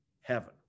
heaven